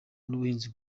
n’ubuhinzi